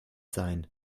sein